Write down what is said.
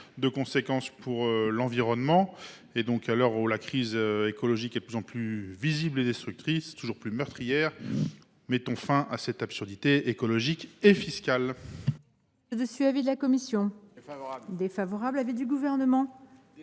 de conséquences sur l’environnement. À l’heure où la crise écologique est de plus en plus visible et destructrice, toujours plus meurtrière, mettons fin à cette absurdité écologique et fiscale